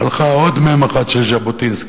הלכה עוד מ"ם אחת של ז'בוטינסקי.